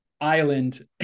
island